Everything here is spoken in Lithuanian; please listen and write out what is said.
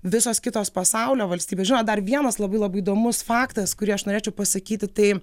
visos kitos pasaulio valstybės žinot dar vienas labai labai įdomus faktas kurį aš norėčiau pasakyti tai